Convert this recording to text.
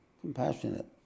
compassionate